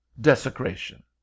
desecration